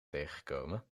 tegengekomen